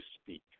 speak